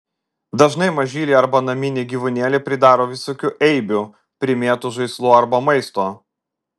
dažnai mažyliai arba naminiai gyvūnėliai pridaro visokių eibių primėto žaislų arba maisto